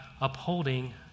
upholding